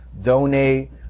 donate